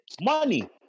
money